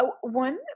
one